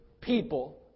people